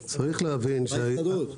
וההסתדרות.